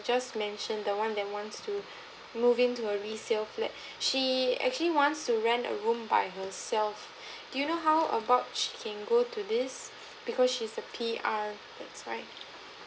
just mentioned the one that wants to moving to a resale flat she actually wants to rent a room by herself do you know how about she can go to this because she's a P_R that's why